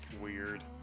Weird